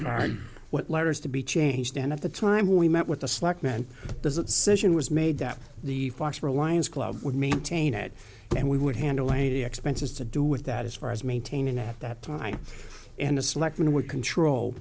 part what letters to be changed and at the time we met with the slack men doesn't sit in was made that the fox reliance club would maintain it and we would handle a expenses to do with that as far as maintaining at that time and the selectmen would control